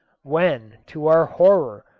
when, to our horror,